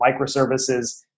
microservices